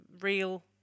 real